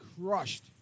crushed